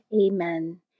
Amen